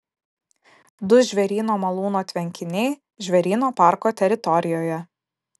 du žvėryno malūno tvenkiniai žvėryno parko teritorijoje